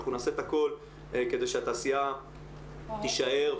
אנחנו נעשה הכול כדי שהתעשייה תישאר,